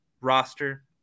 roster